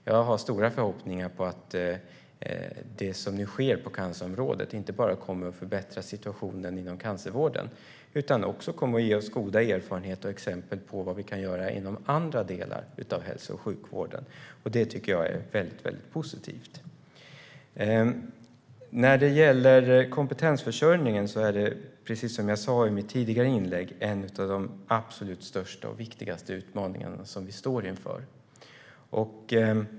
Jag har stora förhoppningar om att det som nu sker på cancerområdet kommer att förbättra situationen inte bara inom cancervården utan också kommer att ge oss goda erfarenheter och exempel på vad vi kan göra inom andra delar av hälso och sjukvården. Det tycker jag är mycket positivt. När det gäller kompetensförsörjningen är det, precis som jag sa i mitt tidigare inlägg, en av de absolut största och viktigaste utmaningar som vi står inför.